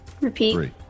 repeat